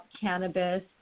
cannabis